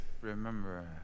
remember